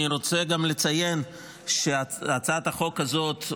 אני גם רוצה לציין שהצעת החוק הזאת,